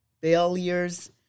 failures